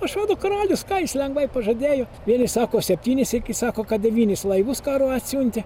pašrodo karalius ką jis lengvai pažadėjo vieni sako septynis iki sako kad devynis laivus karo atsiuntė